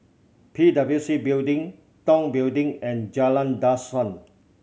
P W C Building Tong Building and Jalan Dusan